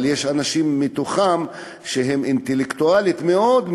אבל יש בתוכם אנשים שאינטלקטואלית הם מאוד,